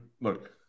look